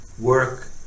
work